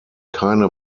keine